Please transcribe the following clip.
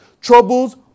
Troubles